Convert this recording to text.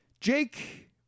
Jake